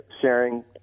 sharing